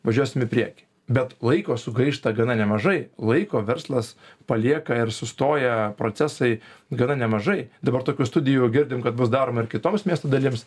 važiuosim į priekį bet laiko sugaišta gana nemažai laiko verslas palieka ir sustoja procesai gana nemažai dabar tokių studijų girdim kad bus daroma ir kitoms miesto dalims